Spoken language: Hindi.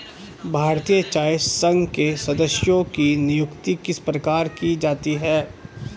भारतीय चाय संघ के सदस्यों की नियुक्ति किस प्रकार की जाती है?